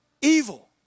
evil